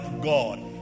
God